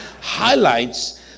highlights